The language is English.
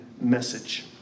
message